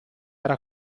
era